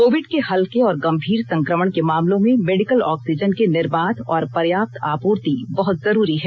Covid के हल्के और गंभीर संक्रमण के मामलों में मेडिकल ऑक्सीजन की निर्बाध और पर्याप्त आपूर्ति बहुत जरूरी है